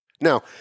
Now